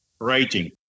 writing